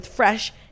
fresh